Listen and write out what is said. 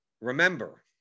Remember